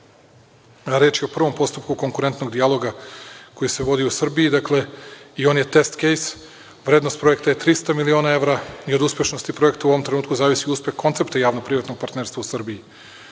je o prvom postupku konkurentnog dijaloga koji se vodi u Srbiji, dakle i on je tejst kejs, vrednost projekta je 300 miliona evra i od uspešnosti projekta u ovom trenutku zavisi uspeh koncepta javno-privatnog partnerstva u Srbiji.U